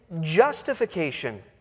justification